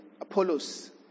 Apollos